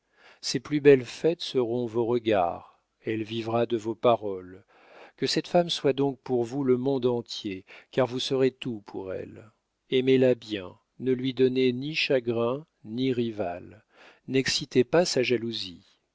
ses plus belles fêtes seront vos regards elle vivra de vos paroles que cette femme soit donc pour vous le monde entier car vous serez tout pour elle aimez-la bien ne lui donnez ni chagrins ni rivales n'excitez pas sa jalousie